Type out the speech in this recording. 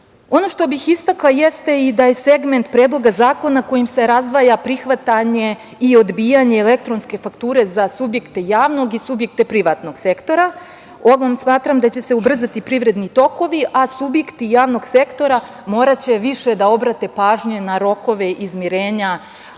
što bih istakla jeste i da je segment Predloga zakona kojim se razdvaja prihvatanje i odbijanje elektronske fakture za subjekte javnog i subjekte privatnog sektora smatram da će se ubrzati privredni tokovi, a subjekti javnog sektora moraće više da obrate pažnju na rokove izmirenja